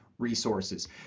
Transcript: resources